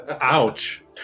Ouch